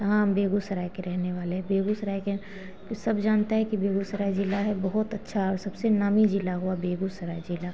तो हाँ हम बेगूसराय के रहने वाले हैं बेगूसराय के सब जानता है कि बेगूसराय जिला है बहुत अच्छा और सबसे नामी जिला है बेगूसराय जिला